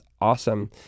awesome